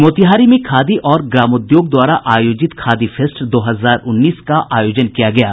मोतिहारी में खादी और ग्रामोद्योग द्वारा आयोजित खादी फेस्ट दो हजार उन्नीस का आयोजन किया गया है